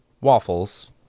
waffles